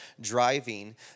driving